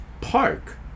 park